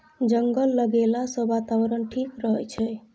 जंगल लगैला सँ बातावरण ठीक रहै छै